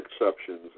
exceptions